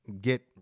get